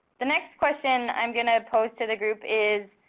the next question i'm going to pose to the group is,